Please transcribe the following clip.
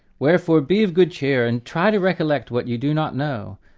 wherefore, be of good cheer and try to recollect what you do not know,